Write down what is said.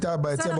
שהיה ביציע.